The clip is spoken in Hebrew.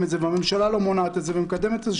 את זה והממשלה לא מונעת את זה ומקדמת את זה,